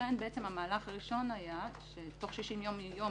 ולכן המהלך הראשון היה שתוך 60 יום, מיום